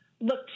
look